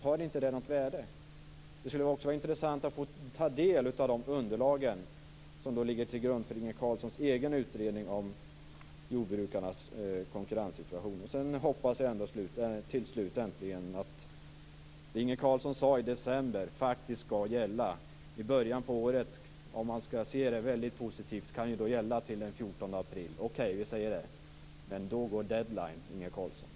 Har de inte något värde? Det skulle vara intressant att få ta del av underlaget för Inge Carlssons egen utredning om jordbrukarnas konkurrenssituation. Jag hoppas att det Inge Carlsson sade i december faktiskt skall gälla: i början på året. Om man skall se det väldigt positivt kan det gälla till den 14 april. Okej, vi säger det, men då går deadline, Inge Carlsson.